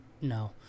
no